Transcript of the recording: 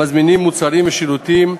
המזמינים מוצרים ושירותים,